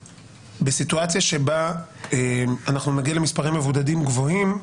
בסיטואציה שבה אנחנו מגיעים למספרי מבודדים גבוהים,